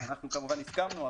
אנחנו כמובן הסברנו,